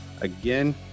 Again